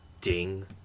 ding